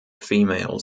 female